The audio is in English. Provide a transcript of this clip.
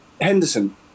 Henderson